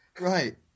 right